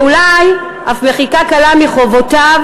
ואולי אף מחיקה קלה מחובותיו.